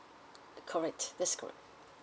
correct that's correct